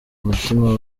umutima